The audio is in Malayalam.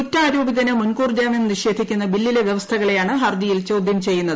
കുറ്റാരോപിതന് മുൻകൂർ ജാമ്യം നിഷേധിക്കുന്ന ബില്ലിലെ വൃവസ്ഥകളെയാണ് ഹർജിയിൽ ചോദൃം ചെയ്യുന്നത്